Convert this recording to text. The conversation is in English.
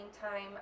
time